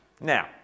Now